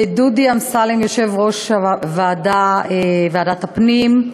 לדודי אמסלם, יושב-ראש ועדת הפנים,